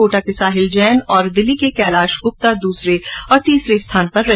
कोटा के साहिल जैन और दिल्ली के कैलाश गुप्ता दूसरे और तीसरे स्थान पर रहे